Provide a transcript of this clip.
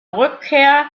rückkehr